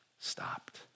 Stopped